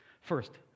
First